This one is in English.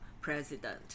president